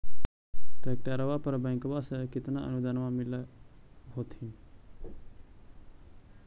ट्रैक्टरबा पर बैंकबा से कितना अनुदन्मा मिल होत्थिन?